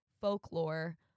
folklore